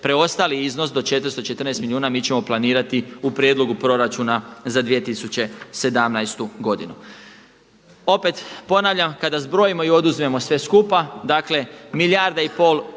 Preostali iznos do 414 milijuna mi ćemo planirati u prijedlogu proračuna za 2017. godinu. Opet ponavljam kada zbrojimo i oduzmemo sve skupa, dakle milijarda i pol